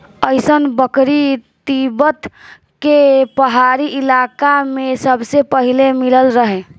अइसन बकरी तिब्बत के पहाड़ी इलाका में सबसे पहिले मिलल रहे